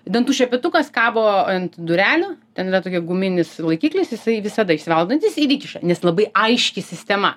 dantų šepetukas kabo ant durelių ten yra tokia guminis laikiklis jisai visada išsivalo dantis ir įkiša nes labai aiški sistema